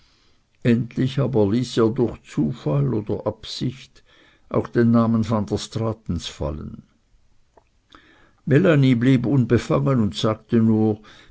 endlich aber ließ er durch zufall oder absicht auch den namen van der straatens fallen melanie blieb unbefangen und sagte nur